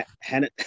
Hannah